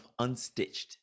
Unstitched